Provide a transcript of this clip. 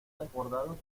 desbordados